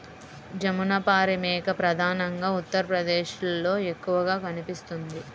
జమునపారి మేక ప్రధానంగా ఉత్తరప్రదేశ్లో ఎక్కువగా కనిపిస్తుంది